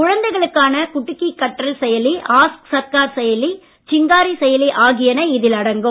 குழந்தைகளுக்கான குடுக்கி கற்றல் செயலி ஆஸ்க் சர்க்கார் செயலி சிங்காரி செயலி ஆகியன இதில் அடங்கும்